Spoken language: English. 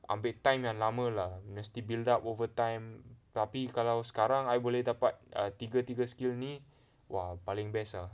ambil time yang lama lah mesti build up over time tapi kalau sekarang I boleh dapat ah tiga-tiga skill ni !wah! paling best ah